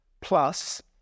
plus